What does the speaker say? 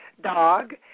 dog